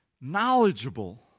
knowledgeable